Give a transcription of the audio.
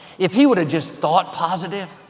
if he would've just thought positive,